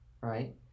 right